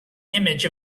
image